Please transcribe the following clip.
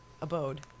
abode